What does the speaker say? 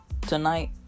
tonight